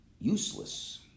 useless